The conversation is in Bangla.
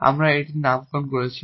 আমরা এটির নামকরণ করেছি